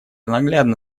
наглядно